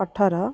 ଅଠର